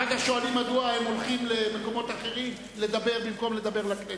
אחר כך שואלים מדוע הם הולכים לדבר במקומות אחרים במקום לדבר לכנסת.